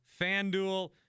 FanDuel